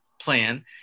plan